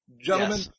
Gentlemen